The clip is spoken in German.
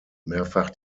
mehrfach